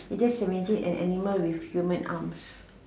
just imagine and animal with human arms